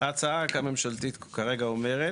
ההצעה הממשלתית כרגע אומרת,